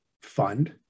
fund